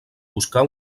buscar